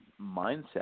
mindset